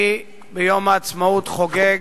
אני ביום העצמאות חוגג.